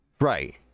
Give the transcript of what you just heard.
Right